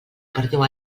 perdiu